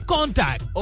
Contact